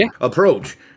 approach